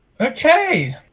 Okay